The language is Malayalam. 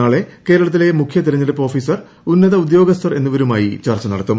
നാളെ കേരളത്തിലെ മുഖ്യ തെരുഞ്ഞെടുപ്പ് ഓഫീസർ ഉന്നത ഉദ്യോഗസ്ഥർ എന്നിവരുമായി ചർച്ചു നടിത്തും